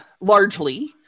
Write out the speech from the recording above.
largely